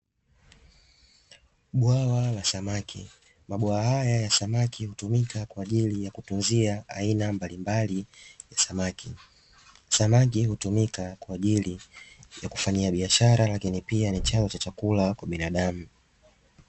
Bwala la samaki. Mabwawa haya ya samaki hutumika kwa ajili ya kutunzia aina mbalimbali ya samaki. Samaki hutumika kwa ajili ya kufanyia biashara lakini pia ni chanzo cha chakula cha binadamu.